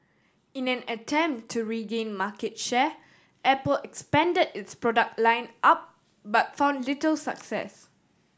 in an attempt to regain market share Apple expanded its product line up but found little success